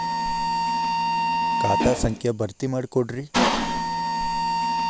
ಖಾತಾ ಸಂಖ್ಯಾ ಭರ್ತಿ ಮಾಡಿಕೊಡ್ರಿ